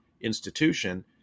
institution